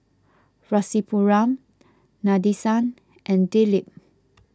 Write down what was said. Rasipuram Nadesan and Dilip